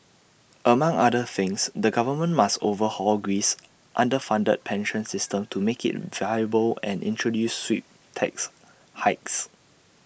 among other things the government must overhaul Greece's underfunded pension system to make IT viable and introduce sweep tax hikes